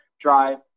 drive